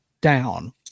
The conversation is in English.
down